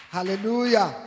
Hallelujah